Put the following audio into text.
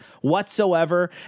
whatsoever